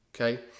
Okay